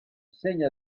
segna